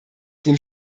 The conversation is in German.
dem